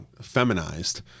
feminized